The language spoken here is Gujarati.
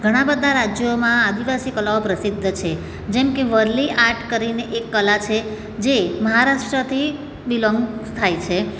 ઘણા બધા રાજ્યોમાં આદિવાસી કલાઓ પ્રસિદ્ધ છે જેમકે વરલી આટ કરીને એક કલા છે જે મહારાષ્ટ્રથી બિલોન્ગ થાય છે